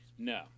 No